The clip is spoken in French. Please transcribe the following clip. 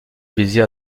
baiser